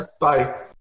Bye